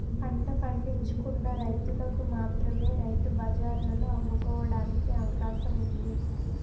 పంట పండించుకున్న రైతులకు మాత్రమే రైతు బజార్లలో అమ్ముకోవడానికి అవకాశం ఉంది